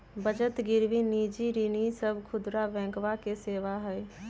बचत गिरवी निजी ऋण ई सब खुदरा बैंकवा के सेवा हई